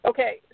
Okay